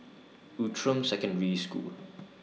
Outram Secondary School